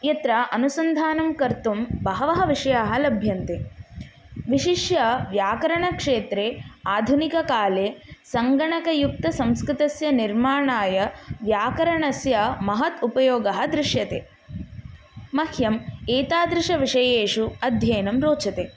यत्र अनुसन्धानं कर्तुं बहवः विषयाः लभ्यन्ते विशिष्य व्याकरणक्षेत्रे आधुनिककाले सङ्गणकयुक्तसंस्कृतस्य निर्माणाय व्याकरणस्य महान् उपयोगः दृश्यते मह्यम् एतादृशविषयेषु अध्ययनं रोचते